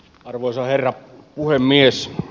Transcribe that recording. arvoisa herra puhemies